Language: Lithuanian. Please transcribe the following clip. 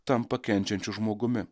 tampa kenčiančiu žmogumi